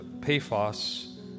Paphos